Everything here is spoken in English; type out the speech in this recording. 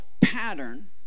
pattern